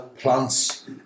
plants